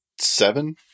seven